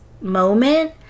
moment